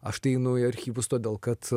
aš tai einu į archyvus todėl kad